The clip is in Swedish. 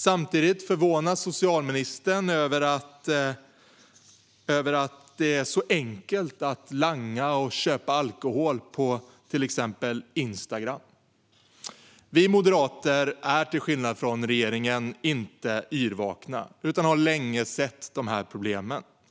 Samtidigt förvånas socialministern över att det är så enkelt att langa och köpa alkohol på till exempel Instagram. Vi moderater är till skillnad från regeringen inte yrvakna utan har länge sett problemen.